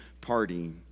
party